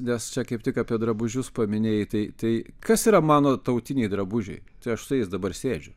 nes čia kaip tik apie drabužius paminėjai tai tai kas yra mano tautiniai drabužiai tai aš su jais dabar sėdžiu